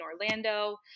Orlando